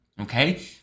Okay